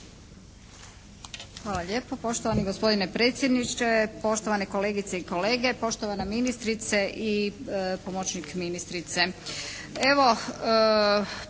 Hvala lijepo. Poštovani gospodine predsjedniče, poštovane kolegice i kolege, poštovana ministrice i pomoćnik ministrice.